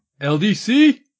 LDC